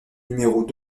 numéros